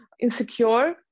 insecure